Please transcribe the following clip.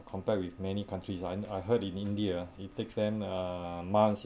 compared with many countries and I heard in india it takes them a month